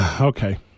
Okay